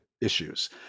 issues